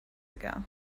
ago